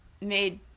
made